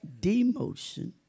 demotion